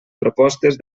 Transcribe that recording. propostes